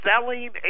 selling